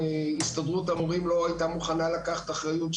הסתדרות המורים לא הייתה מוכנה לקחת אחריות,